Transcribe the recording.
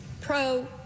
pro